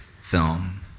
film